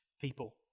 people